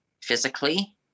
physically